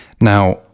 Now